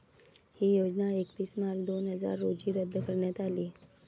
ही योजना एकतीस मार्च दोन हजार रोजी रद्द करण्यात आली